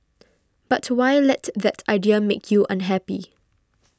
but why let that idea make you unhappy